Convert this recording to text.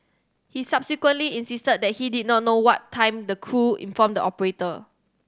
he subsequently insisted that he did not know what time the crew informed the operator